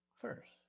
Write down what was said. first